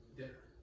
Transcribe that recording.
dinner